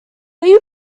they